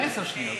עשר שניות.